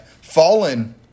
fallen